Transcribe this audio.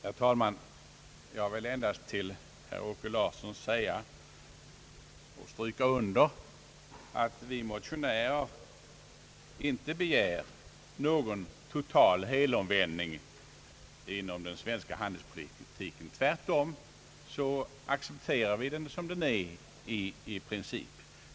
Herr talman! Jag vill endast för herr Åke Larsson påpeka, att vi motionärer inte begär någon total helomvändning inom den svenska handelspolitiken. Tvärtom accepterar vi den som den är i princip.